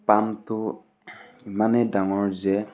পামটো ইমানেই ডাঙৰ যে